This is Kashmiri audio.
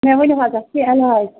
مےٚ ؤنِو حظ اَتھ کیٚنٛہہ علاج